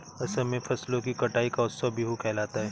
असम में फसलों की कटाई का उत्सव बीहू कहलाता है